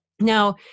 Now